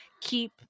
keep